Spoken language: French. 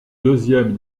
deuxième